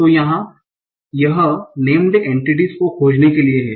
तो यहाँ यह नेम्ड एंटीटीस को खोजने के लिए है